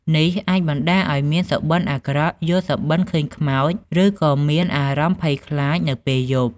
នេះអាចបណ្ដាលឱ្យមាន សុបិន្តអាក្រក់ យល់សប្ដិឃើញខ្មោច ឬក៏មានអារម្មណ៍ភ័យខ្លាចនៅពេលយប់។